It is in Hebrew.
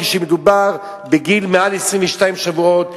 כשמדובר בגיל מעל 22 שבועות,